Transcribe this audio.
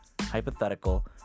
hypothetical